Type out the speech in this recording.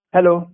Hello